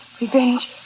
revenge